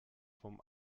vom